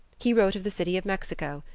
he wrote of the city of mexico,